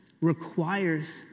requires